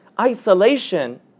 isolation